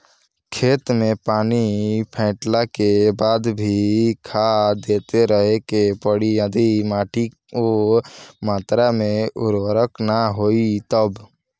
खेत मे पानी पटैला के बाद भी खाद देते रहे के पड़ी यदि माटी ओ मात्रा मे उर्वरक ना होई तब?